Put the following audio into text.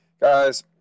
Guys